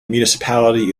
municipality